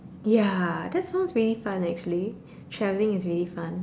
ya that sounds really fun actually traveling is really fun